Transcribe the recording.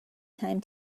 time